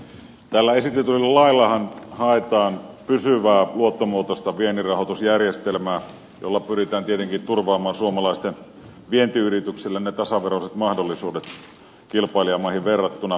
tällä esitetyllä laillahan haetaan pysyvää luottomuotoista vienninrahoitusjärjestelmää jolla pyritään tietenkin turvaamaan suomalaisille vientiyrityksille tasaveroiset mahdollisuudet kilpailijamaihin verrattuna vientiluotto oyn kautta